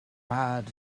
bad